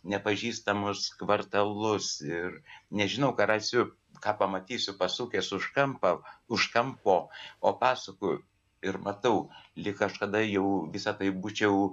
nepažįstamus kvartalus ir nežinau ką rasiu ką pamatysiu pasukęs už kampo už kampo o pasuku ir matau lyg kažkada jau visa tai būčiau